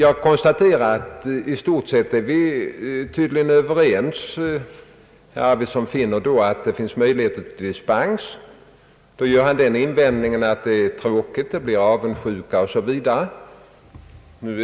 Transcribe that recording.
I stort är vi tydligen ändå överens. Herr Arvidson konstaterar att det finns möjligheter till dispens men gör den invändningen att sådana leder till tråkigheter — det blir avundsjuka osv.